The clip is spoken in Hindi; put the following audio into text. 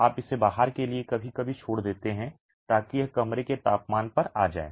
आप इसे बाहर के लिए कभी कभी छोड़ देते हैं ताकि यह कमरे के तापमान पर आ जाए